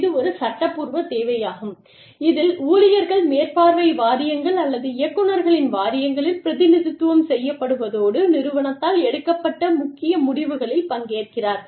இது ஒரு சட்டப்பூர்வ தேவையாகும் இதில் ஊழியர்கள் மேற்பார்வை வாரியங்கள் அல்லது இயக்குநர்களின் வாரியங்களில் பிரதிநிதித்துவம் செய்யப்படுவதோடு நிறுவனத்தால் எடுக்கப்பட்ட முக்கிய முடிவுகளில் பங்கேற்கிறார்கள்